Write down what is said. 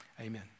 amen